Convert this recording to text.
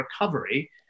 recovery